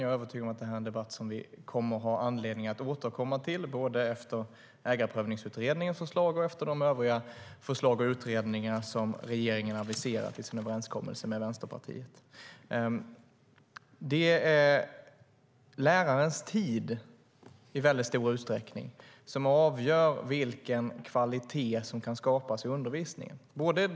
Jag är övertygad om att det här är en debatt som vi kommer att ha anledning att återkomma till både efter det att Ägarprövningsutredningens förslag läggs fram och efter de övriga förslag och utredningar som regeringen har aviserat i sin överenskommelse med Vänsterpartiet.Det är lärarens tid som i stor utsträckning avgör vilken kvalitet som kan skapas i undervisningen.